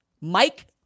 Mike